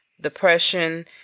depression